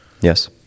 Yes